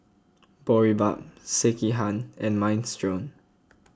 Boribap Sekihan and Minestrone